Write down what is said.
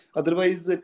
otherwise